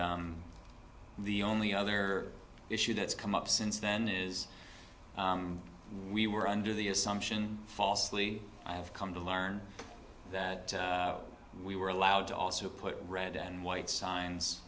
and the only other issue that's come up since then is we were under the assumption falsely i have come to learn that we were allowed to also put red and white signs